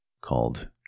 called